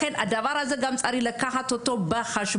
לכן, צריך לקחת גם את הדבר הזה בחשבון.